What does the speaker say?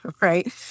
right